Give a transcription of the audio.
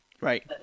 Right